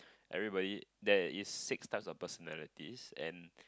everybody there is six types of personalities and